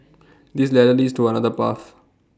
this ladder leads to another path